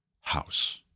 house